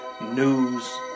news